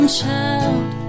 child